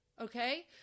okay